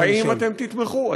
האם אתם תתמכו?